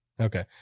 Okay